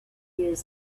years